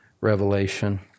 Revelation